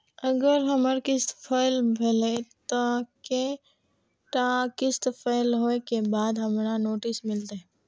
अगर हमर किस्त फैल भेलय त कै टा किस्त फैल होय के बाद हमरा नोटिस मिलते?